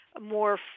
more